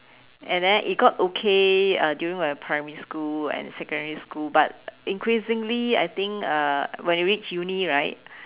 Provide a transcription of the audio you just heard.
and then it got okay uh during my primary school and secondary school but increasingly I think uh when you reach Uni right